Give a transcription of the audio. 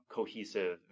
Cohesive